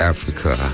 Africa